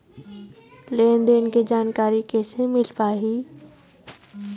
लेन देन के जानकारी कैसे मिल पाही?